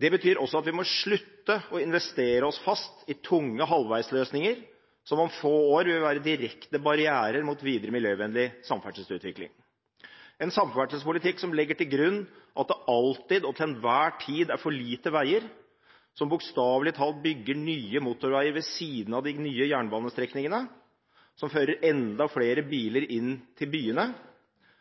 Det betyr også at vi må slutte å investere oss fast i tunge halvveisløsninger som om få år vil være direkte barrierer mot videre miljøvennlig samferdselsutvikling. En samferdselspolitikk som legger til grunn at det alltid og til enhver tid er for lite veier, som bokstavelig talt bygger nye motorveier ved siden av de nye jernbanestrekningene, som fører enda flere biler inn til byene,